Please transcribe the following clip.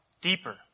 deeper